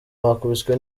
bakubiswe